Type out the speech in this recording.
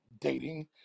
dating